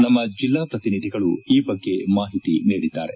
ನಮ್ಮ ಜಿಲ್ಲಾ ಪ್ರತಿನಿಧಿಗಳು ಈ ಬಗ್ಗೆ ಮಾಹಿತಿ ನೀಡಿದ್ದಾರೆ